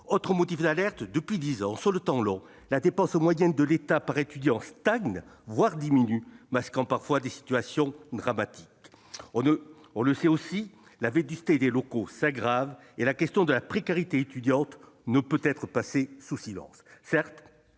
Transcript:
Autre motif d'alerte : depuis dix ans, sur le temps long, la dépense moyenne de l'État par étudiant stagne, voire diminue, masquant parfois des situations dramatiques. On le sait aussi, la vétusté des locaux s'aggrave, et la question de la précarité étudiante ne peut être passée sous silence.